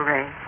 Ray